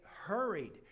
hurried